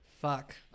Fuck